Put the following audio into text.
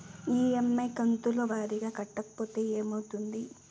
EMI కంతుల వారీగా కట్టకపోతే ఏమవుతుంది?